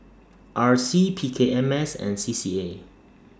R C P K M S and C C A